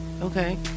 Okay